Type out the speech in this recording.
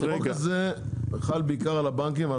עדיין החוק הזה חל בעיקר על הבנקים.